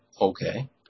okay